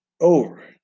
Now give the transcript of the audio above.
over